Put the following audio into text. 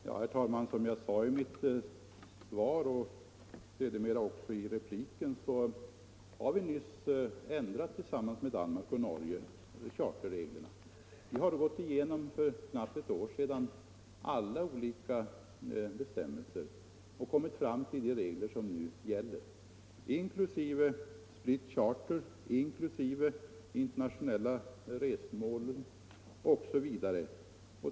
Herr talman! Som jag sade i mitt svar och sedermera också i repliken har vi nyligen, tillsammans med Danmark och Norge, ändrat charterreglerna. Vi har för knappt ett år sedan gått igenom alla olika bestämmelser och kommit fram till de regler som nu gäller, inklusive split charter, inklusive de internationella resmålen osv.